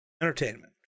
Entertainment